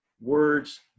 words